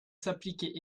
s’appliquer